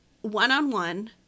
one-on-one